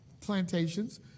plantations